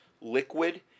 liquid